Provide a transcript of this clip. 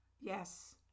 Yes